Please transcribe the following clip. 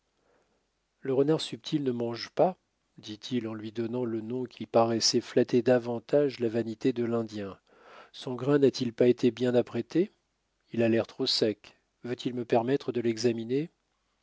le renard subtil ne mange pas dit-il en lui donnant le nom qui paraissait flatter davantage la vanité de l'indien son grain n'a-t-il pas été bien apprêté il a l'air trop sec veut-il me permettre de l'examiner